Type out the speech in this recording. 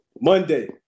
Monday